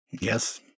Yes